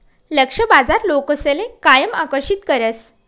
लक्ष्य बाजार लोकसले कायम आकर्षित करस